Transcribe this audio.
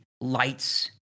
lights